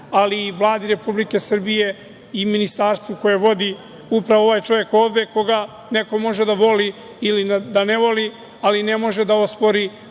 ali i Vladi Republike Srbije i Ministarstvu koje vodi upravo ovaj čovek ovde, koga neko može da voli ili da ne voli, ali ne može da ospori